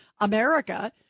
America